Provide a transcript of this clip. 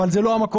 אבל זה לא המקום.